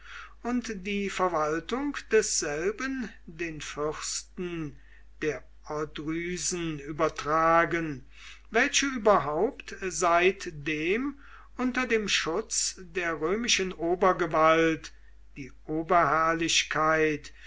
und die verwaltung desselben den fürsten der odrysen übertragen welche überhaupt seitdem unter dem schutz der römischen obergewalt die